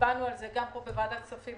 הצבענו על זה גם פה בוועדת הכספים,